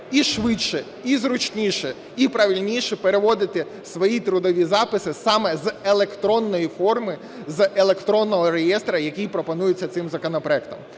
і швидше, і зручніше, і правильніше, переводити свої трудові записи саме з електронної форми з електронного реєстру, який пропонується цим законопроектом.